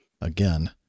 again